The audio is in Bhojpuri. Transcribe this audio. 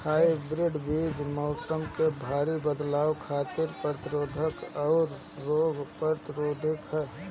हाइब्रिड बीज मौसम में भारी बदलाव खातिर प्रतिरोधी आउर रोग प्रतिरोधी ह